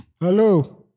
Hello